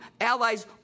allies